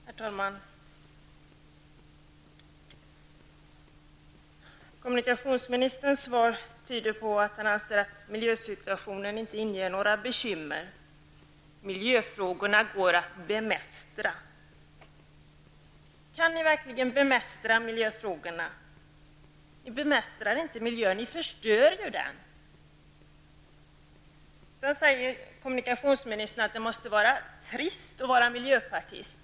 Herr talman! Kommunikationsministerns svar tyder på att han inte anser att miljösituationen är bekymmersam. Miljöfrågorna går att bemästra. Kan ni verkligen bemästra miljöfrågorna? Ni bemästrar inte miljön, ni förstör den. Sedan säger kommunikationsministern att det måste vara trist att vara miljöpartist.